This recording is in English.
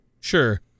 Sure